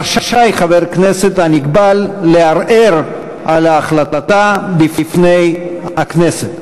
רשאי חבר הכנסת הנקבל לערער על ההחלטה בפני הכנסת.